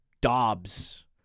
Dobbs